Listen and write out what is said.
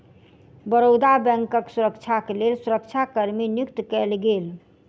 बड़ौदा बैंकक सुरक्षाक लेल सुरक्षा कर्मी नियुक्त कएल गेल